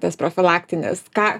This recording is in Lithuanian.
tas profilaktines ką